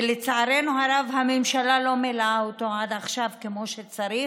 ולצערנו הרב הממשלה לא מילאה אותו עד עכשיו כמו שצריך.